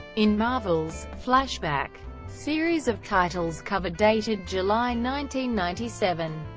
in marvel's flashback series of titles cover-dated july ninety ninety seven,